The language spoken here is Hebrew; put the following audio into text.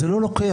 זה לא תופס.